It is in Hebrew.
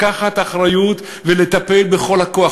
לקחת אחריות ולטפל בכל הכוח,